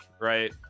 right